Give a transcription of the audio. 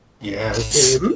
Yes